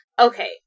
Okay